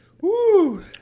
Woo